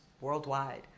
worldwide